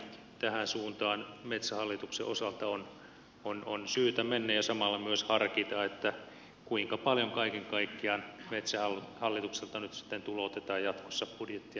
tähän suuntaan metsähallituksen osalta on syytä mennä ja samalla myös harkita kuinka paljon kaiken kaikkiaan metsähallitukselta nyt sitten tuloutetaan jatkossa budjettien täytteeksi